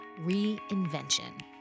reinvention